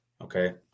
Okay